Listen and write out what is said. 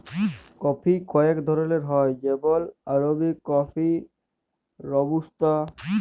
coffee কয়েক ধরলের হ্যয় যেমল আরাবিকা কফি, রবুস্তা